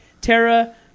Tara